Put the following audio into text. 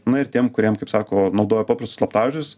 na ir tiem kuriem kaip sako naudojo paprastus slaptažodžius